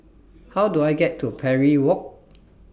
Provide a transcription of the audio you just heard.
How Do I get to Parry Walk